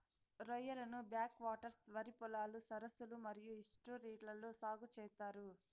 రొయ్యలను back waters, వరి పొలాలు, సరస్సులు మరియు ఈస్ట్యూరీలలో సాగు చేత్తారు